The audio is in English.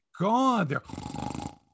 God